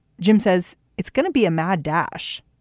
jim says it's going to be a mad dash.